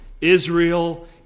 Israel